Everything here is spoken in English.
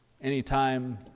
anytime